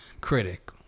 critic